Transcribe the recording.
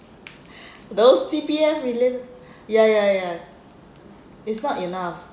those C_P_F re~ ya ya ya it's not enough